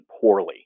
poorly